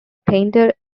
painter